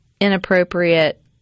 inappropriate